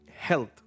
health